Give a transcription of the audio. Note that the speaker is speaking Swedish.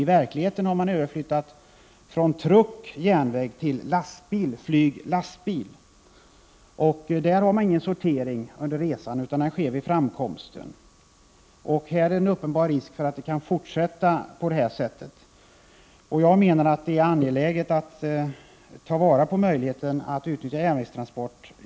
I verkligheten har man överflyttat dem från truck — järnväg till lastbil — flyg — lastbil, och där har man ingen sortering under resan utan den sker vid framkomsten. Det finns en uppenbar risk för att denna utveckling kan fortsätta. Jag menar att det är angeläget att ta vara på möjligheten att utvidga järnvägstransporten.